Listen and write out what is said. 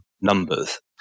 numbers